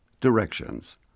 Directions